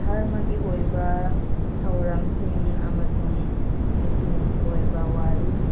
ꯗꯔꯃꯒꯤ ꯑꯣꯏꯕ ꯊꯧꯔꯝꯁꯤꯡ ꯑꯃꯁꯨꯡ ꯅꯨꯡꯇꯤꯒꯤ ꯑꯣꯏꯕ ꯋꯥꯔꯤ